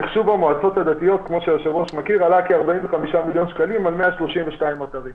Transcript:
מחשוב המועצות הדתיות עלה כ-45 מיליון שקלים על 132 אתרים.